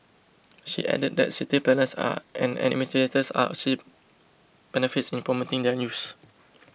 she added that city planners are and administrators are see benefits in promoting their use